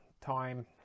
time